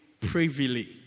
privily